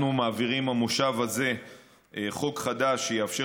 במושב הזה אנחנו מעבירים חוק חדש שיאפשר